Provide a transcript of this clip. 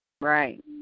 Right